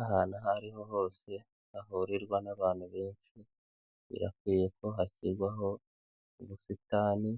Ahantu aho ariho hose hahurirwa n'abantu benshi birakwiye ko hashyirwaho ubusitani